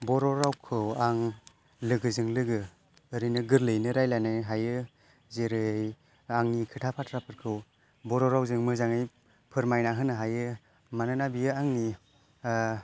बर' रावखौ आं लोगोजों लोगो ओरैनो गोरलैयैनो रायलायनो हायो जेरै आंनि खोथा बाथ्राफोरखौ बर' रावजों मोजाङै फोरमायना होनो हायो मानोना बियो आंनि ओ